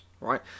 right